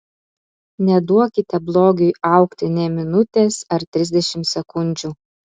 neduokite blogiui augti nė minutės ar trisdešimt sekundžių